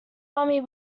army